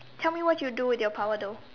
tell me what you'd do with your power though